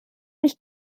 nicht